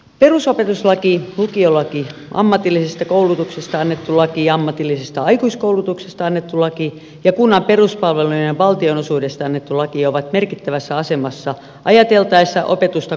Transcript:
perusopetuslaki lukiolaki ammatillisesta koulutuksesta annettu laki ammatillisesta aikuiskoulutuksesta annettu laki ja kunnan peruspalvelujen valtionosuudesta annettu laki ovat merkittävässä asemassa ajateltaessa opetusta kokonaisuutena